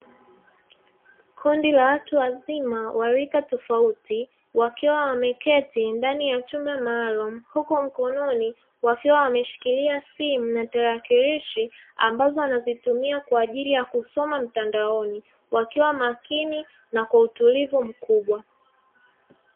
Kundi la watu wazima wa rika tofauti, wakiwa wameketi ndani ya chumba maalumu, huku mkononi wakiwa wameshikilia simu na tarakilishi ambazo anazitumia kwa ajili ya kusoma mtandaoni, wakiwa makini na kwa utulivu mkubwa.